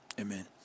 amen